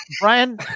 Brian